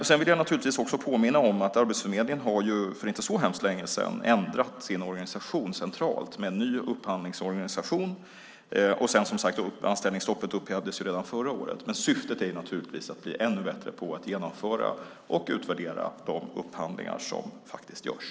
Sedan vill jag också påminna om att Arbetsförmedlingen för inte så hemskt länge sedan har ändrat sin organisation centralt med en ny upphandlingsorganisation, och anställningsstoppet upphävdes redan förra året. Syftet är att bli ännu bättre på att genomföra och utvärdera de upphandlingar som faktiskt görs.